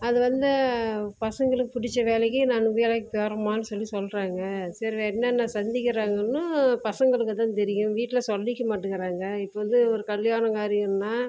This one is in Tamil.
அத வந்து பசங்களுக்கு பிடிச்ச வேலைக்கு நான் வேலைக்கு போறேம்மான் சொல்லி சொல்கிறாங்க சரி என்னென்ன சந்திக்கிறாங்கன்னும் பசங்களுக்குதான் தெரியும் வீட்டில் சொல்லிக்க மாட்டேங்குறாங்க இப்போ வந்து ஒரு கல்யாணம் காரியம்னா